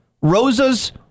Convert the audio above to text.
Rosa's